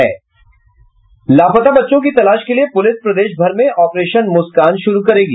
लापता बच्चों की तलाश के लिए पुलिस प्रदेश भर में ऑपरेशन मुस्कान शुरू करेगी